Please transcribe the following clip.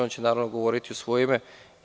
On će, naravno, govoriti u svoje ime.